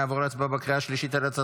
נעבור להצבעה בקריאה שלישית על הצעת